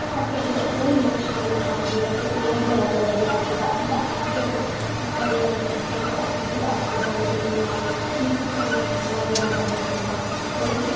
अज्ज अगर ओह् इन्ना शैल गा दे ते उ'नें बड़ा जैदा रिआज कीता इ'यां अस बी अगर अच्छा रिआज करचे ते अस बी अच्छा गाई सकने आं मिगी गाना गाने दा बड़ा जैदा शौंक ऐ बट